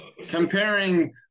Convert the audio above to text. comparing